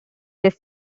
this